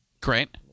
Great